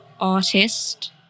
artist